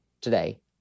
today